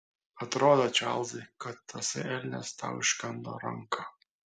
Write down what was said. atrodo čarlzai kad tasai elnias tau iškando ranką